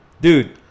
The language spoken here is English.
dude